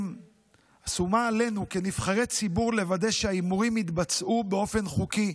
שומה עלינו כנבחרי ציבור לוודא שההימורים יתבצעו באופן חוקי,